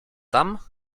tam